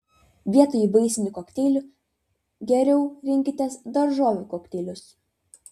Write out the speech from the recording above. vietoj vaisinių kokteilių geriau rinkitės daržovių kokteilius